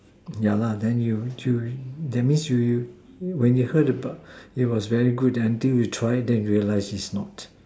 ya lah then you that means you you when you heard about it was very good until you tried it then you realize it's not